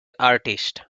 artist